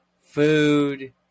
food